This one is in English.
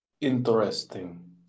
Interesting